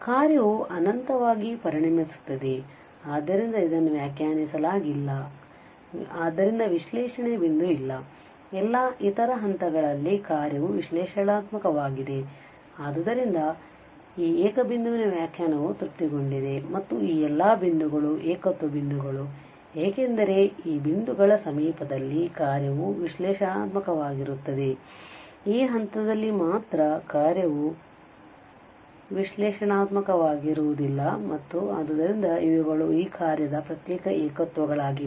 ಕಾರ್ಯವು ಈ ಅನಂತವಾಗಿ ಪರಿಣಮಿಸುತ್ತದೆ ಆದ್ದರಿಂದ ಇದನ್ನು ವ್ಯಾಕ್ಯಾನಿಸಲಾಗಿಲ್ಲ ಆದ್ದರಿಂದ ವಿಶ್ಲೇಷಣೆಯ ಬಿಂದುವಿಲ್ಲ ಎಲ್ಲಾ ಇತರ ಹಂತಗಳಲ್ಲಿ ಕಾರ್ಯವು ವಿಶ್ಲೇಷಣಾತ್ಮಕವಾಗಿದೆ ಮತ್ತು ಆದ್ದರಿಂದ ಈ ಏಕ ಬಿಂದುವಿನ ವ್ಯಾಖ್ಯಾನವು ತೃಪ್ತಿಗೊಂಡಿದೆ ಮತ್ತು ಈ ಎಲ್ಲಾ ಬಿಂದುಗಳು ಏಕತ್ವ ಬಿಂದುಗಳು ಏಕೆಂದರೆ ಈ ಬಿಂದುಗಳ ಸಮೀಪದಲ್ಲಿ ಕಾರ್ಯವು ವಿಶ್ಲೇಷಣಾತ್ಮಕವಾಗಿರುತ್ತದೆ ಈ ಹಂತದಲ್ಲಿ ಮಾತ್ರ ಕಾರ್ಯವು ವಿಶ್ಲೇಷಣಾತ್ಮಕವಾಗಿರುವುದಿಲ್ಲ ಮತ್ತು ಆದ್ದರಿಂದ ಇವುಗಳು ಈ ಕಾರ್ಯದ ಪ್ರತ್ಯೇಕ ಏಕತ್ವಗಳಾಗಿವೆ